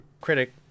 critic